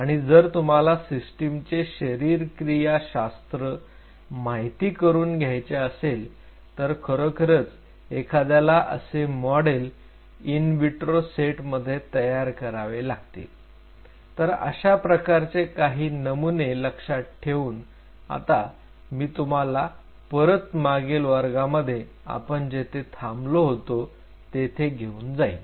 आणि जर तुम्हाला सिस्टिमचे शरीरक्रियाशास्त्र माहिती करून घ्यायची असेल तर खरोखरच एखाद्याला असे मॉडेल्स इन विट्रो सेटमध्ये तयार करावे लागतील तर अशा प्रकारचे काही नमुने लक्षात ठेवून आता मी तुम्हाला परत मागील वर्गामध्ये आपण जिथे थांबलो होतो तिथे घेऊन जाईल